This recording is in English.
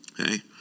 Okay